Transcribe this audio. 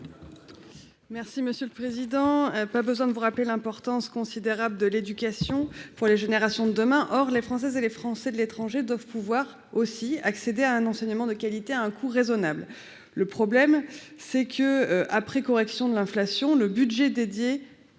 Mélanie Vogel. Il n'est pas besoin de rappeler l'importance considérable de l'éducation pour les générations de demain. Or les Françaises et les Français de l'étranger doivent, eux aussi, pouvoir accéder à un enseignement de qualité à un coût raisonnable. Le problème, c'est que, après correction de l'inflation, le budget alloué